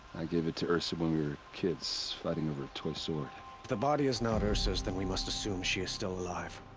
i gave it to ersa when we were. kids. fighting over a toy sword. if the body is not ersa's, then we must assume she is still alive.